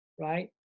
right